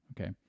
okay